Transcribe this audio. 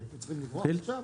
אנחנו צריכים לברוח עכשיו?